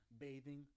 bathing